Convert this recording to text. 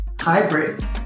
hybrid